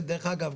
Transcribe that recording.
דרך אגב,